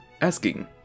asking